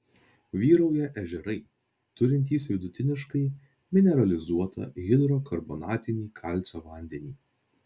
vyrauja ežerai turintys vidutiniškai mineralizuotą hidrokarbonatinį kalcio vandenį